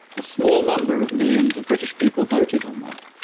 a small number of millions of british people voted on that,